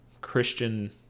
Christian